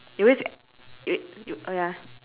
you always you you oh ya